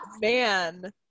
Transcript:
man